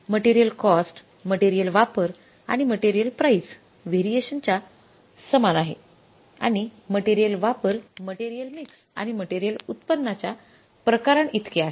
material cost material वापर आणि material price व्हेरिएशनच्या समान आहे आणि मटेरियल वापर मटेरियल मिक्स आणि मटेरियल उत्पन्नाच्या प्रकारांइतके आहे